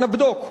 אנא בדוק.